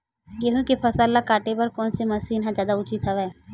गेहूं के फसल ल काटे बर कोन से मशीन ह जादा उचित हवय?